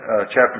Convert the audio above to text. chapter